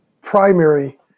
primary